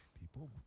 people